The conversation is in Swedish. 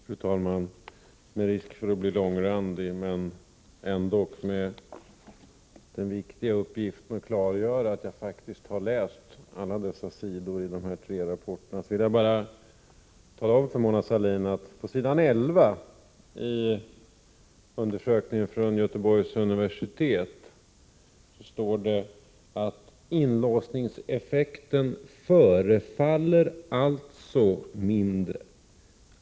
Fru talman! Med risk för att bli långrandig men med den viktiga uppgiften att klargöra att jag faktiskt har läst alla dessa sidor i de tre rapporterna vill jag tala om för Mona Sahlin att det på s. 11 i undersökningen från Göteborgs universitet står att inlåsningseffekten förefaller mindre.